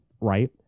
right